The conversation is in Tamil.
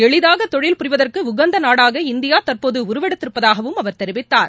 எளிதாக தொழில் புரிவதற்கு உகந்த நாடாக இந்தியா தற்போது உருவெடுத்திருப்பதாகவும் அவர் தெரிவித்தார்